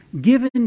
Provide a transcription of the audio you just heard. given